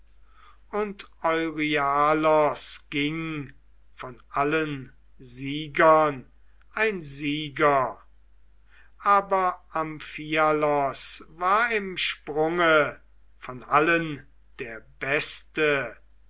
und euryalos ging von allen siegern ein sieger aber amphialos war im sprunge von allen der beste